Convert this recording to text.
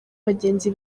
bagenzi